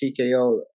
TKO